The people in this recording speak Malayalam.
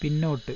പിന്നോട്ട്